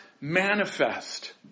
manifest